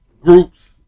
groups